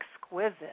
exquisite